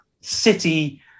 City